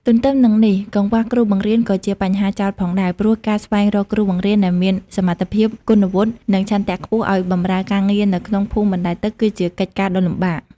ទន្ទឹមនឹងនេះកង្វះគ្រូបង្រៀនក៏ជាបញ្ហាចោទផងដែរ ព្រោះការស្វែងរកគ្រូបង្រៀនដែលមានសមត្ថភាព គុណវុឌ្ឍិ និងឆន្ទៈខ្ពស់ឱ្យបម្រើការងារនៅក្នុងភូមិបណ្តែតទឹក គឺជាកិច្ចការដ៏លំបាក។